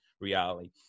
reality